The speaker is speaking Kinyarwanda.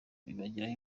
bibagiraho